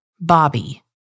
Bobby